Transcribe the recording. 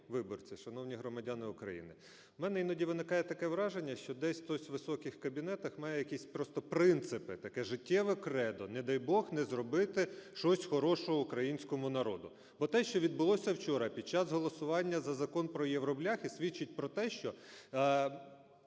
виборці, шановні громадяни України! У мене іноді виникає таке враження, що десь хтось у високих кабінетах має якісь просто принципи, таке життєве кредо: не дай Бог, не зробити щось хорошого українському народу. От те, що відбулося вчора під час голосування за Закон про "євробляхи", свідчить про те, що